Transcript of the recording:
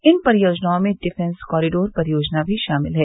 इन परियोजनाओं में defence corridor परियोजना भी शामिल है